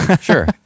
sure